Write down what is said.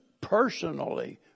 personally